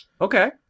Okay